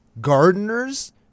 Gardeners